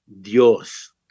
Dios